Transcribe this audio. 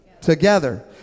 Together